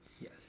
Yes